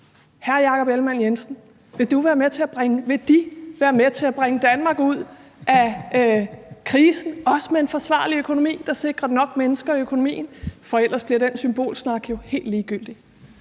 Hr. Jakob Ellemann-Jensen, vil du – undskyld, De – være med til at bringe Danmark ud af krisen med en forsvarlig økonomi, der sikrer nok mennesker til økonomien? For ellers bliver den symbolsnak jo helt ligegyldig.